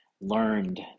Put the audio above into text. learned